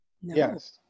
Yes